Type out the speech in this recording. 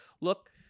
Look